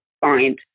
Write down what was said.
find